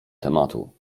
tematu